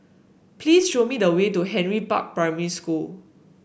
please show me the way to Henry Park Primary School